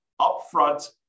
upfront